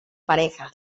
pareja